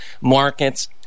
markets